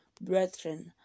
Brethren